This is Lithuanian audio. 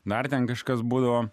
dar ten kažkas būdavo